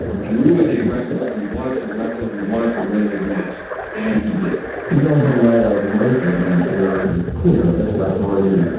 drew is a wrestler he wanted to wrestle he wanted to win his match and he did the overlay of racism here is clear this referee.